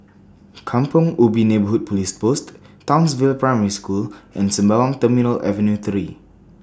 Kampong Ubi Neighbourhood Police Post Townsville Primary School and Sembawang Terminal Avenue three